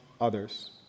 others